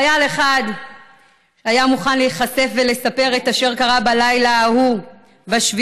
חייל אחד היה מוכן להיחשף ולספר את אשר קרה בלילה ההוא ב-7